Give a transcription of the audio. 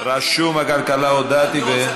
רשום הכלכלה, הודעתי.